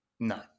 No